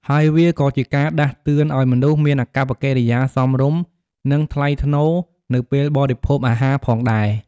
ហើយវាក៏ជាការដាស់តឿនឲ្យមនុស្សមានអាកប្បកិរិយាសមរម្យ និងថ្លៃថ្នូរនៅពេលបរិភោគអាហារផងដែរ។